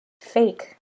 fake